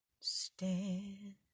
stand